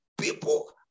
people